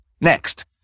Next